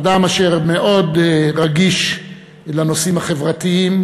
אדם אשר מאוד רגיש לנושאים החברתיים,